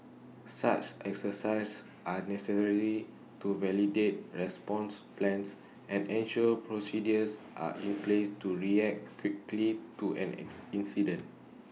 such exercises are necessary to validate response plans and ensure procedures are in place to react quickly to an X incident